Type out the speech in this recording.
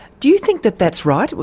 do you think that that's right?